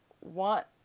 want